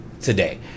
today